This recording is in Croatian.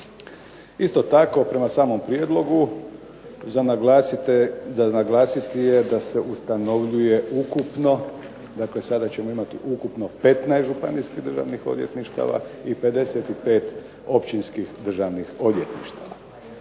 Isto tako, prema samom prijedlogu za naglasiti je da se ustanovljuje ukupno, dakle sada ćemo imati ukupno 15 županijskih odvjetništava i 55 općinskih državnih odvjetništava.